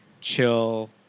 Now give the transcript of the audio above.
chill